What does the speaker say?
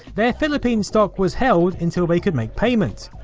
their philippines stock was held until they could make payment.